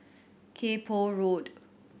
Kay Poh Road